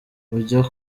ujya